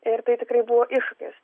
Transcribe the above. ir tai tikrai buvo iššūkis